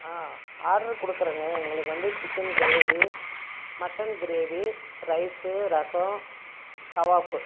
order கொடுக்கறேங்க எங்களுக்கு வந்து chicken gravy mutton gravy rice rasam கவாப்பு